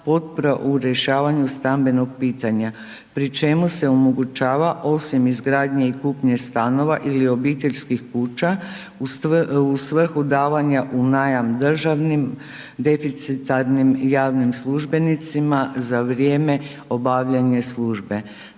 potpora u rješavanju stambenog pitanja, pri čemu se omogućava osim izgradnje i kupnje stanova ili obiteljskih kuća u svrhu davanja u najam državnim deficitarnim javnim službenicima za vrijeme obavljanja službe.